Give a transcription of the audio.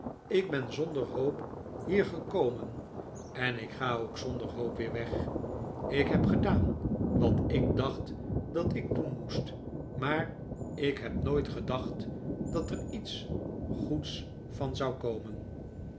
ik ben zonder hoop hier gekomen en ik ga ook zonder hoop weer weg ik heb gedaan wat ik dacht dat ik doeii moest maar ik heb nooit gedacht dat er iets goeds van zou komen